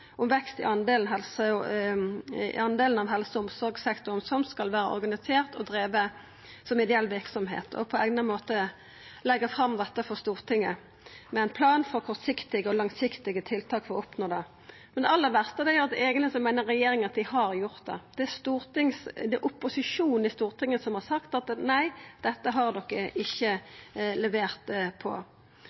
om vekst i den delen av helse- og omsorgssektoren som skal vera organisert og driven som ideell verksemd, og på eigna måte leggja fram dette for Stortinget med ein plan for kortsiktige og langsiktige tiltak for å oppnå det. Det aller verste er eigentleg at regjeringa meiner at dei har gjort det – at det er opposisjonen i Stortinget som har sagt at nei, dette har ein ikkje levert på.